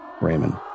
Raymond